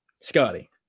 Scotty